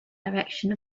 direction